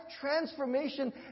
transformation